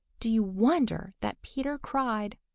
do you wonder that peter cried?